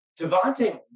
Devontae